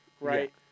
right